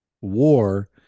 war